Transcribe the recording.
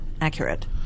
accurate